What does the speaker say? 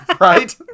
right